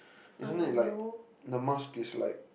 isn't that like the mask is like